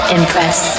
Impress